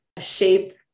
shape